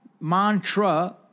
mantra